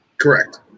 Correct